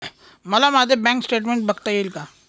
मला माझे bank statement बघता येईल का?